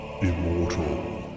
immortal